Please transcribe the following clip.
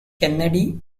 kennedy